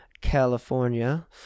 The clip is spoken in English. California